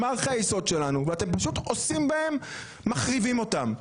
מה ערכי היסוד שלנו ואתם פשוט מחריבים אותם.